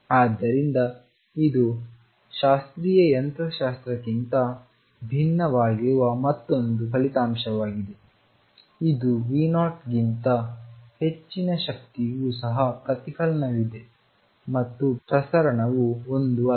ಆದ್ದರಿಂದ ಇದು ಶಾಸ್ತ್ರೀಯ ಯಂತ್ರಶಾಸ್ತ್ರಕ್ಕಿಂತ ಭಿನ್ನವಾಗಿರುವ ಮತ್ತೊಂದು ಫಲಿತಾಂಶವಾಗಿದೆ ಇದು V0 ಗಿಂತ ಹೆಚ್ಚಿನ ಶಕ್ತಿಗೂ ಸಹ ಪ್ರತಿಫಲನವಿದೆ ಮತ್ತು ಪ್ರಸರಣವು 1 ಅಲ್ಲ